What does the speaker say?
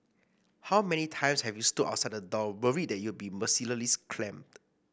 how many times have you stood outside the door worried that you'll be mercilessly clamped